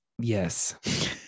Yes